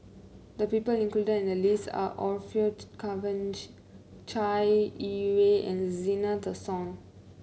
the people included in the list are Orfeur Cavenagh Chai Yee Wei and Zena Tessensohn